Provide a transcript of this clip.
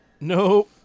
No